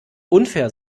unfair